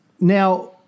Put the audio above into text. Now